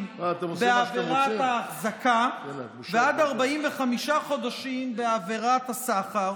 בעבירת ההחזקה ועד 45 חודשים בעבירת הסחר,